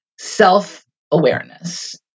self-awareness